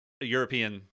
European